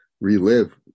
relive